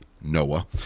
Noah